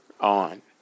on